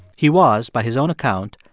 he was, by his own account,